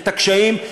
את הקשיים,